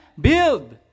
build